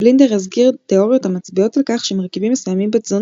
בלינדר הזכיר תאוריות המצביעות על כך שמרכיבים מסוימים בתזונה